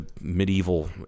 medieval